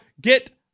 get